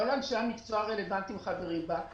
שכל אנשי המקצוע הרלוונטיים חברים בה,